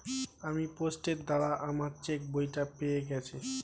আমি পোস্টের দ্বারা আমার চেকবইটা পেয়ে গেছি